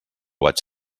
vaig